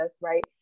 right